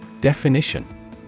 Definition